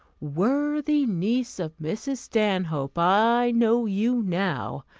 worthy niece of mrs. stanhope, i know you now!